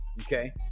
Okay